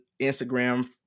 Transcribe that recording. Instagram